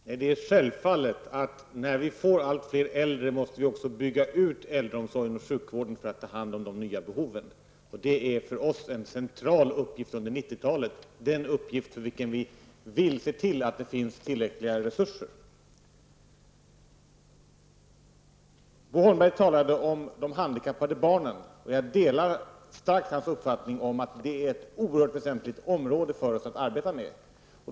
Herr talman! Det är självfallet att när vi får allt fler äldre måste vi också bygga ut äldreomsorgen och sjukvården för att ta hand om de nya behoven. Det är för oss en central uppgift under 1990-talet, en uppgift för vilken vi vill se till att det finns tillräckliga resurser. Jag delar starkt hans uppfattning att det är ett oerhört väsentligt område för oss att arbeta med.